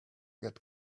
get